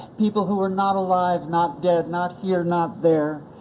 people who were not alive, not dead, not here, not there,